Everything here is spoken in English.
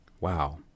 Wow